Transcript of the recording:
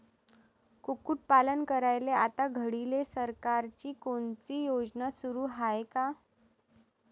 कुक्कुटपालन करायले आता घडीले सरकारची कोनची योजना सुरू हाये का?